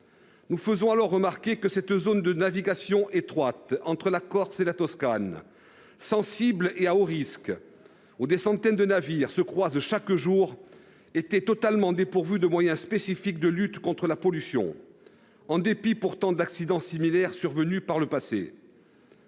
Nous avions fait remarquer que la zone de navigation étroite entre la Corse et la Toscane, sensible et à haut risque, car des centaines de navires s'y croisent chaque jour, était totalement dépourvue de moyens spécifiques de lutte contre la pollution, en dépit d'accidents similaires survenus par le passé.